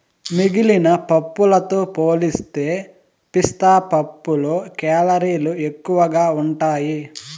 మిగిలిన పప్పులతో పోలిస్తే పిస్తా పప్పులో కేలరీలు ఎక్కువగా ఉంటాయి